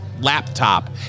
laptop